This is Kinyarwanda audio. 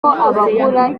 abagura